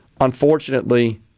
Unfortunately